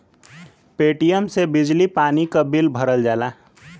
Paytm से बिजली पानी क बिल भरल जाला